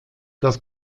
das